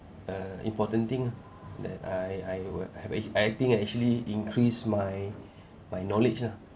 uh important thing ah that I I would have I think I actually increase my my knowledge lah